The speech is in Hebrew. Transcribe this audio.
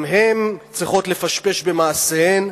גם הן צריכות לפשפש במעשיהן,